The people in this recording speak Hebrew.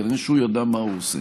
כנראה הוא ידע מה הוא עושה.